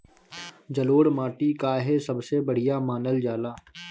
जलोड़ माटी काहे सबसे बढ़िया मानल जाला?